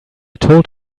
told